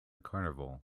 carnival